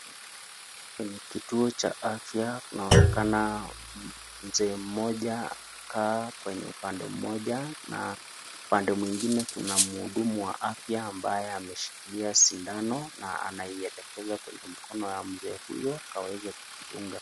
Hapa ni kituo cha afya inaonekana mzee mmoja amekaa kwenye upande mmoja na upande mwingine kuna mhudumu wa afya ambaye ameishikilia sindano na anaielekeza kwenye mkono ya mzee huyo ili aweze kumdunga .